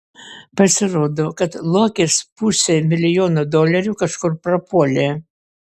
pasirodo kad luokės pusė milijono dolerių kažkur prapuolė